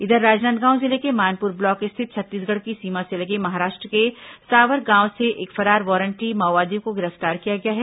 इधर राजनांदगांव जिले के मानपुर ब्लॉक स्थित छत्तीसगढ़ की सीमा से लगे महाराष्ट्र के सावर गांव से एक फरार वारंटी माओवादी को गिरफ्तार किया गया है